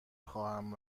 خواهم